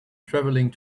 traveling